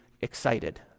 excited